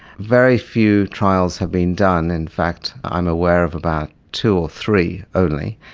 very few trials have been done. in fact i'm aware of about two or three only.